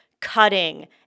cutting